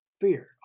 Fear